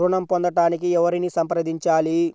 ఋణం పొందటానికి ఎవరిని సంప్రదించాలి?